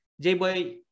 J-Boy